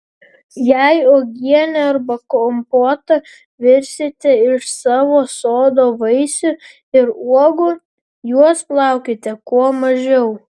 jei uogienę arba kompotą virsite iš savo sodo vaisių ir uogų juos plaukite kuo mažiau